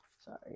sorry